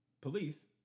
police